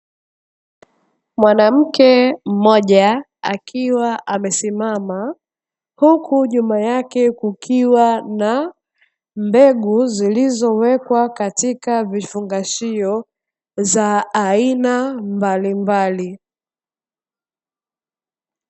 Mwanamke mmoja akiwa amesimama, huku nyuma yake kukiwa na mbegu zilizowekwa katika vifungashio za aina mbalimbali.